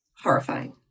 horrifying